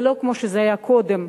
ולא כמו שזה היה קודם,